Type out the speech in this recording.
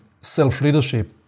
self-leadership